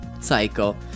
cycle